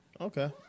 Okay